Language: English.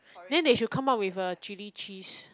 then they should come out with a chili cheese